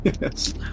Yes